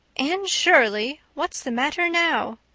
anne shirley, what's the matter now?